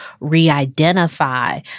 re-identify